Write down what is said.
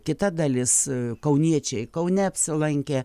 kita dalis kauniečiai kaune apsilankė